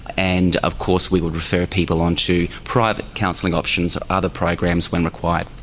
and of course we would refer people on to private counselling options or other programs when required.